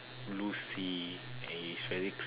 blue sea and is very